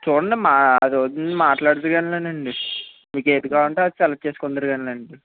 చూడండి మా అది మాట్లాడుదురుగాని లేండి మీకు ఏది కావాలో అది సెలెక్ట్ చేసుకుందురుగానీ లేండి